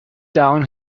down